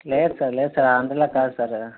లేదు సార్ లేదు సార్ అందరిలా కాదు సార్